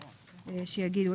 שיאמרו.